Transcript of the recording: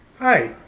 hi